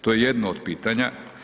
To je jedno od pitanja.